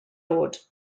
oed